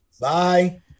Bye